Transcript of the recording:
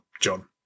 John